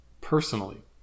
personally